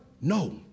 No